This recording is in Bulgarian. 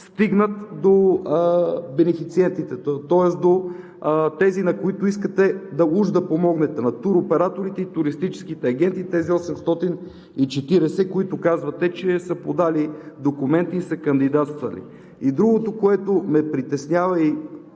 стигнат до бенефициентите, тоест до тези, на които искате уж да помогнете – на туроператорите и туристическите агенти, тези 840, които, казвате, че са подали документи и са кандидатствали? И другото, което ме притеснява и